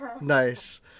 nice